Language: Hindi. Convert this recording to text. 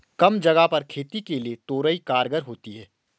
कम जगह पर खेती के लिए तोरई कारगर होती है